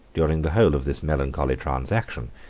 during the whole of this melancholy transaction,